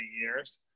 years